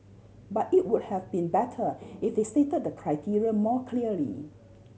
but it would have been better if they stated the criteria more clearly